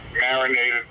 marinated